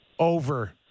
over